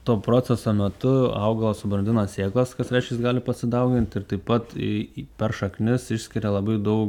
to proceso metu augalas subrandina sėklas kas reiškia jis gali pasidaugint ir taip pat į į per šaknis išskiria labai daug